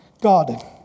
God